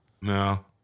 No